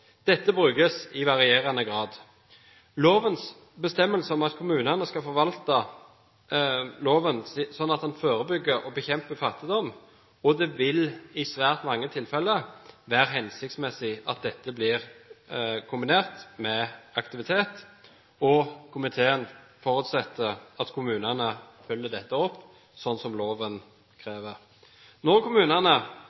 Dette brukes i varierende grad. Lovens bestemmelser krever at kommunene skal forvalte loven, slik at den forebygger og bekjemper fattigdom, og det vil i svært mange tilfeller være hensiktsmessig at dette blir kombinert med aktivitet. Komiteen forutsetter at kommunene følger dette opp, slik loven